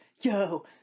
yo